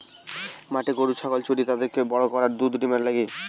মাঠে গরু ছাগল চরিয়ে তাদেরকে বড় করা দুধ ডিমের লিগে